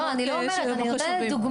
לא, אני לא אומרת, אני נותנת דוגמה.